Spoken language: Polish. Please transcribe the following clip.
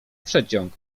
przeciąg